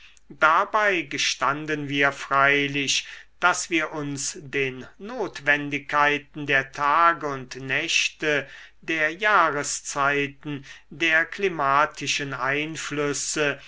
dabei gestanden wir freilich daß wir uns den notwendigkeiten der tage und nächte der jahreszeiten der klimatischen einflüsse